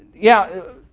yeah,